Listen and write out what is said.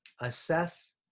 assess